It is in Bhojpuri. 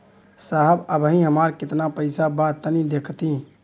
साहब अबहीं हमार कितना पइसा बा तनि देखति?